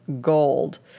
gold